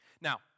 Now